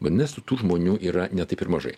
vadinasi tų žmonių yra ne taip ir mažai